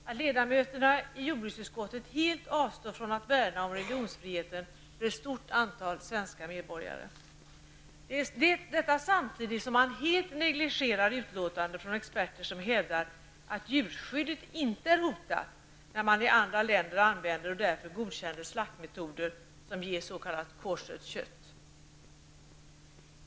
Fru talman! Lars Leijonborg och jag har återigen yrkat på ett tillägg i den nya djurskyddslagen så att det genom dispens från lagen skall vara tillåtet med koscherslakt i Sverige. Det är smärtsamt att år efter år tvingas konstatera att ledamöterna i jordbruksutskottet helt avstår från att värna om religionsfriheten för ett stort antal svenska medborgare, samtidigt som man helt negligerar utlåtanden från experter som hävdar att djurskyddet inte är hotat när man i andra länder använder och därför godkänner slaktmetoder som ger koscherkött.